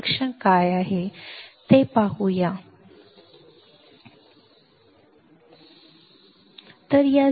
आम्ही ड्रेन आणि ट्रान्सफरची वैशिष्ट्ये पाहू आम्ही फक्त कमी होणारे प्रकार एमओएसएफईटी आणि एनहॅन्समेंट वर्धन प्रकाराचे बांधकाम आणि कार्य पाहू